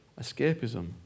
escapism